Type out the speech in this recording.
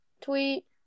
tweet